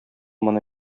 моны